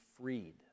freed